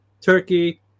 Turkey